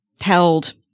held